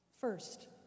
First